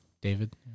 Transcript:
David